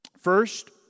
First